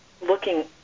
looking